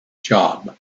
job